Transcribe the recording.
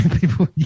people